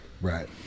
right